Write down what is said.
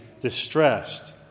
distressed